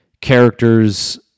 characters